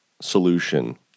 solution